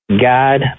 God